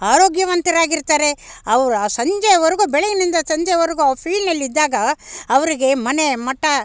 ಆರೋಗ್ಯವಂತರಾಗಿರ್ತಾರೆ ಅವ್ರ ಆ ಸಂಜೆವರೆಗೂ ಬೆಳಗ್ಗೆನಿಂದ ಸಂಜೆವರೆಗೂ ಆ ಫೀಲ್ನಲ್ಲಿದ್ದಾಗ ಅವ್ರಿಗೆ ಮನೆ ಮಠ